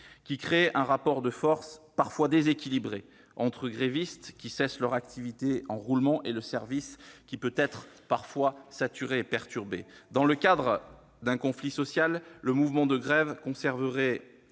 qui créent un rapport de force parfois déséquilibré entre les grévistes cessant leur activité en roulement et le service, qui peut être saturé et perturbé. Dans le cadre d'un conflit social, le mouvement de grève conserverait